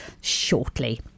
shortly